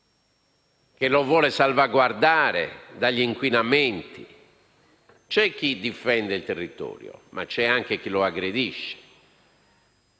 che la vuol salvaguardare dagli inquinamenti. C'è chi difende il territorio, ma c'è anche chi lo aggredisce,